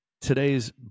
Today's